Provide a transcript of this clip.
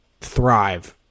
thrive